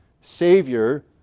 Savior